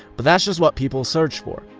but that's just what people search for.